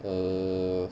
err